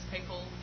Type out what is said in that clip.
people